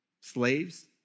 slaves